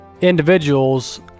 individuals